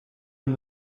and